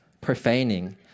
profaning